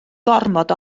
gormod